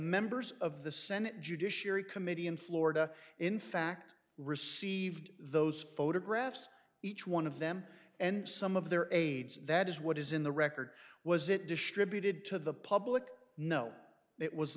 members of the senate judiciary committee in florida in fact received those photographs each one of them and some of their aides that is what is in the record was it distributed to the public no it was